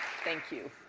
thank you.